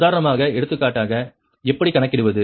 உதாரணமாக எடுத்துக்காட்டாக எப்படி கணக்கிடுவது